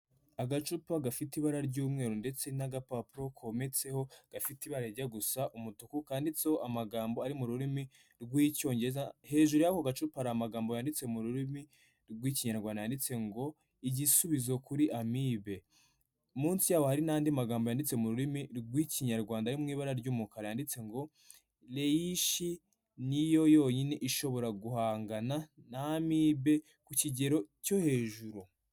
Agacupa gafite ibara ry'umweru ndetse n'agapapuro kometseho gafite ibara rijya gusa umutuku kanditseho amagambo ari mu rurimi rw'Icyongereza. Hejuru y'ako gacupa hari amagambo yanditse mu rurimi rw'Ikinyarwanda yanditse ngo igisubizo kuri amibe. Munsi yaho hari n'andi magambo yanditse mu rurimi rw'Ikinyarwanda ari mu ibara ry'umukara yanditse ngo reishi ni yo yonyine ishobora guhangana na amibe ku kigero cyo hejuru.